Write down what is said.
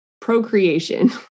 procreation